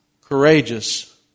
courageous